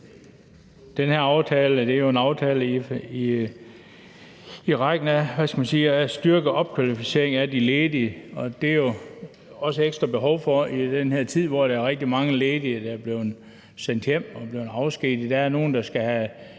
Den her aftale er jo en aftale i rækken af aftaler til at styrke opkvalificeringen af de ledige, og det er der jo også ekstra behov for i den her tid, hvor der er rigtig mange, der er ledige, er blevet sendt hjem og er blevet afskediget.